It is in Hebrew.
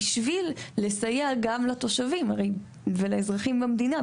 בשביל לסייע גם לתושבים ולאזרחים במדינה.